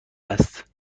است